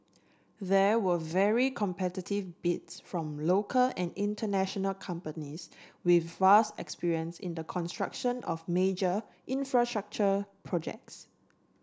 there were very competitive bids from local and international companies with vast experience in the construction of major infrastructure projects